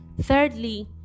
Thirdly